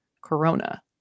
corona